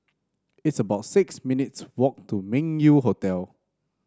it's about six minutes' walk to Meng Yew Hotel